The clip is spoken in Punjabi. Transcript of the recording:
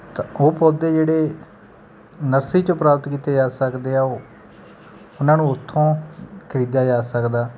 ਤਾਂ ਉਹ ਪੌਦੇ ਜਿਹੜੇ ਨਰਸਰੀ 'ਚੋ ਪ੍ਰਾਪਤ ਕੀਤੇ ਜਾ ਸਕਦੇ ਆ ਉਹ ਉਹਨਾਂ ਨੂੰ ਉੱਥੋਂ ਖਰੀਦਿਆ ਜਾ ਸਕਦਾ